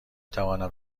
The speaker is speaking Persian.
توانم